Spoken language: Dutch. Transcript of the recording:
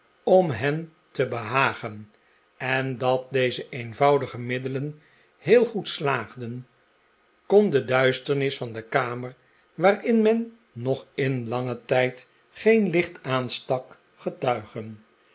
om hen te behagen en dat deze eenvoudige middelen heel goed slaagden kon de duisternis van de kamer waarin men nog in langen tijd geen licht aanstak getuigen